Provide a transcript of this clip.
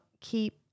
keep